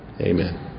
Amen